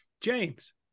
James